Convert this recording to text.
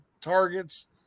targets